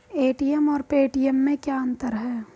ATM और Paytm में क्या अंतर है?